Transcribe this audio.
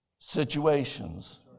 situations